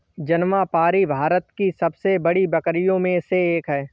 जमनापारी भारत की सबसे बड़ी बकरियों में से एक है